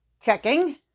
checking